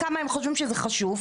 כמה תקנים לעובדים שעוסקים במשבר